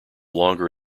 longer